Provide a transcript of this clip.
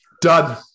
Done